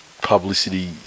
publicity